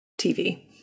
TV